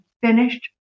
finished